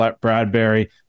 Bradbury